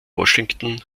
washington